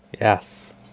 Yes